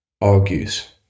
argues